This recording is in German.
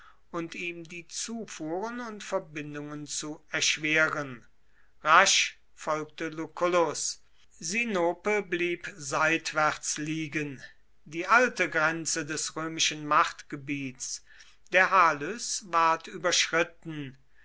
und ihm die zufuhren und verbindungen zu erschweren rasch folgte lucullus sinope blieb seitwärts liegen die alte grenze des römischen machtgebiets der halys ward überschritten